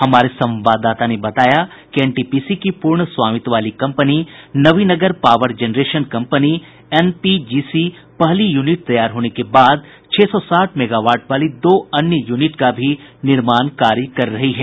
हमारे संवाददाता ने बताया एनटीपीसी की प पूर्ण स्वामित्व वाली कंपनी नवीनगर पावर जेनरेशन कि कंपनी एनपीजीसी पहली यूनिट तैयार होने के बाद छह सौ साठ मेगावाट वाली दो अन्य यूनिट का भी निर्माण कर रही है